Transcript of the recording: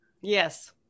Yes